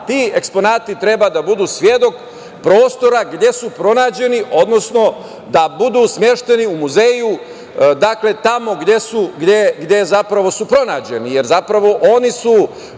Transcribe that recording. ti eksponati treba da budu svedok prostora gde su pronađeni, odnosno da budu smešteni u muzeju, dakle, tamo gde su zapravo pronađeni, jer zapravo oni su